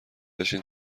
بشین